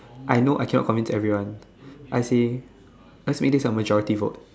I know I cannot commit to everyone I see let's make this a majority vote